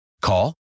Call